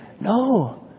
No